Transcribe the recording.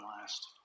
last